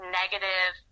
negative